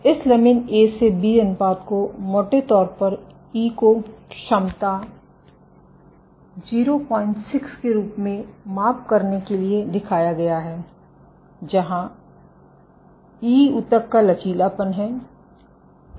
तो इस लमिन ए से बी अनुपात को मोटे तौर पर ई को क्षमता 06 के रूप में माप करने के लिए दिखाया गया है जहां ई ऊतक का लचीलापन है